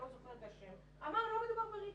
לא זוכרת את השם לא מדובר ב-recall.